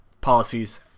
policies